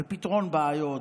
בפתרון בעיות,